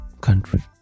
country